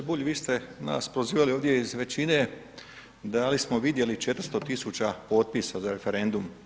Pa g. Bulj vi ste nas prozivali ovdje iz većine da li smo vidjeli 400 000 potpisa za referendum?